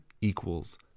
equals